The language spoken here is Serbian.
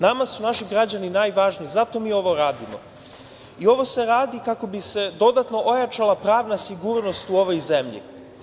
Nama su naši građani najvažniji, zato mi ovo radimo i ovo se radi kako bi se dodatno ojačala pravna sigurnost u ovoj zemlji.